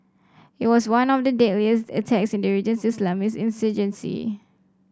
it was one of the deadliest attacks in the region's Islamist insurgency